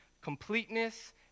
completeness